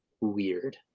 weird